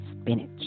spinach